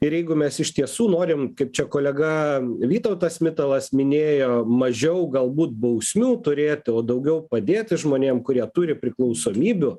ir jeigu mes iš tiesų norim kaip čia kolega vytautas mitalas minėjo mažiau galbūt bausmių turėt o daugiau padėt žmonėm kurie turi priklausomybių